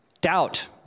Doubt